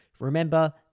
Remember